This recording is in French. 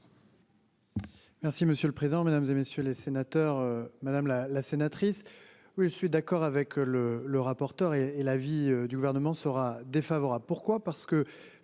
Merci monsieur le président, Mesdames, et messieurs les sénateurs. Madame la la sénatrice. Oui je suis d'accord avec le le rapporteur et est l'avis du Gouvernement sera défavorable, pourquoi